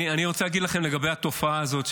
אני רוצה להגיד לכם לגבי התופעה הזאת,